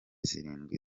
zirindwi